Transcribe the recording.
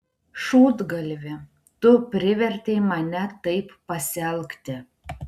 šūdgalvi tu privertei mane taip pasielgti